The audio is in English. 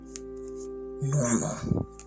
normal